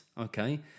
Okay